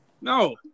no